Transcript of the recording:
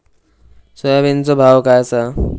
सोयाबीनचो भाव काय आसा?